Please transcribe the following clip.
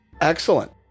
excellent